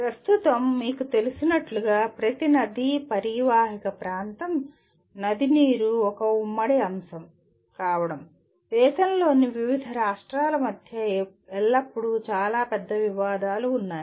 ప్రస్తుతం మీకు తెలిసినట్లుగా ప్రతి నదీ పరీవాహక ప్రాంతం నది నీరు ఒక ఉమ్మడి అంశం కావడం దేశంలోని వివిధ రాష్ట్రాల మధ్య ఎల్లప్పుడూ చాలా పెద్ద వివాదాలు ఉన్నాయి